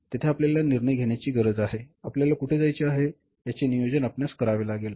तेथे आपल्याला निर्णय घेण्याची गरज आहे आपल्याला कुठे जायचे आहे याचे नियोजन आपणास करावे लागेल